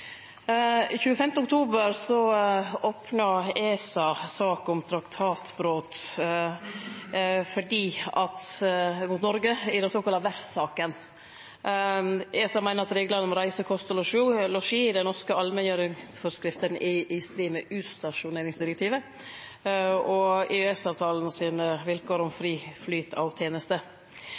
opna ESA sak om traktatbrot mot Noreg i den såkalla verftssaka. ESA meiner at reglane om reise, kost og losji i dei norske allmenngjeringsforskriftene er i strid med utstasjoneringsdirektivet og EØS-avtalen sine vilkår om fri flyt av tenester.